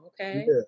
okay